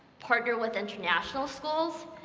partner with international schools,